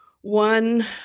one